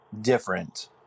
different